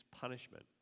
punishment